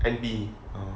N_P